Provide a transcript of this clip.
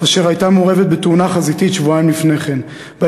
אשר הייתה מעורבת בתאונה חזיתית שבועיים לפני כן.